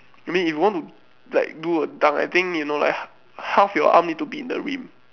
I mean if you want to like do a dunk I think you know like half your arm need to be in the rim